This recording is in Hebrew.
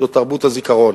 זאת תרבות הזיכרון.